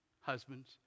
husbands